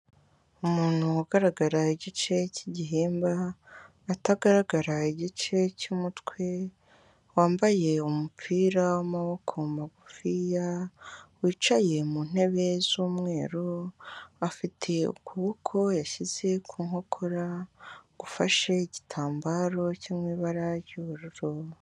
Umuntu ugaragara igice cy'igihimba, atagaragara igice cy'umutwe, wambaye umupira w'amaboko magufiya, wicaye mu ntebe z'umweru, afite ukuboko yashyize ku nkokora, gufashe igitambaro cyo mu imabara ry'ubururu.